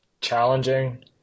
challenging